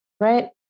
right